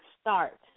start